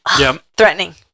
Threatening